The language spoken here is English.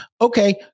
Okay